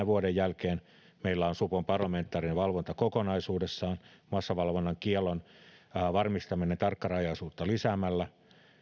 vuoden jälkeen meillä on supon parlamentaarinen valvonta kokonaisuudessaan massavalvonnan kiellon varmistaminen tarkkarajaisuutta lisäämällä